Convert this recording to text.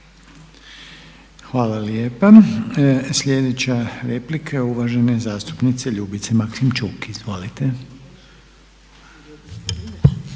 Hvala lijepa. Sljedeća replika je uvažene zastupnice Marije Budimir, izvolite.